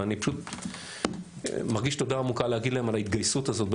ואני פשוט מרגיש תודה עמוקה להגיד להם על ההתגייסות הזאת,